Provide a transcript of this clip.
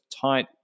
tight